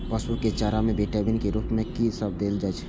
पशु के चारा में विटामिन के रूप में कि सब देल जा?